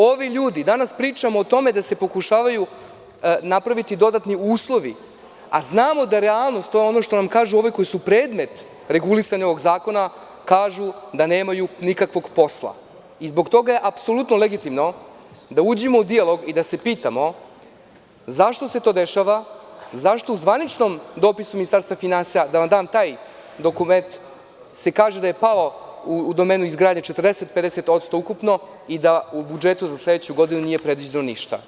Ovi ljudi, danas pričamo o tome da se pokušavaju napraviti dodatni uslovi, a znamo da realnost, to je ono što vam kažu ovi koji su predmet regulisanja ovog zakona, kažu da nemaju nikakvog posla i zbog toga je apsolutno legitimno da uđemo u dijalog i da se pitamo zašto se to dešava, zašto u zvaničnom dopisu Ministarstva finansija, da vam dam taj dokument, se kaže da je pao u domenu izgradnje 40, 50% ukupno i da u budžetu za sledeću godinu nije predviđeno ništa.